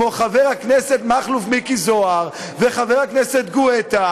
כמו חבר הכנסת מכלוף מיקי זוהר וחבר הכנסת גואטה